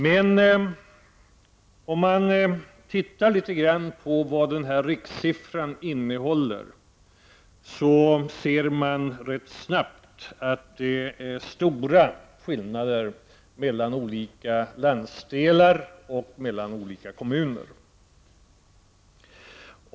Men om man tittar litet på vad denna rikssiffra innehåller, ser man rätt snabbt att det är stora skillnader mellan olika landsdelar och mellan olika kommuner.